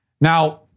Now